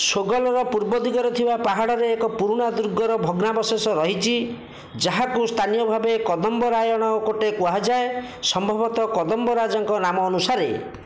ସୋଗଲର ପୂର୍ବ ଦିଗରେ ଥିବା ପାହାଡ଼ରେ ଏକ ପୁରୁଣା ଦୁର୍ଗର ଭଗ୍ନାବଶେଷ ରହିଛି ଯାହାକୁ ସ୍ଥାନୀୟ ଭାବେ କଦମ୍ବରାୟଣ କୋଟେ କୁହାଯାଏ ସମ୍ଭବତଃ କଦମ୍ବ ରାଜାଙ୍କ ନାମ ଅନୁସାରେ